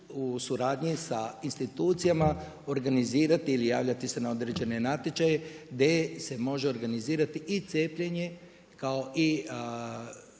u suradnji sa institucijama organizirati ili javljati se na određene natječaje gdje se može organizirati i cijepljenje kao i